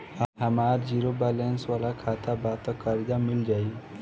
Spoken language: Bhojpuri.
हमार ज़ीरो बैलेंस वाला खाता बा त कर्जा मिल जायी?